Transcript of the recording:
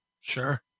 Sure